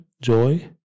joy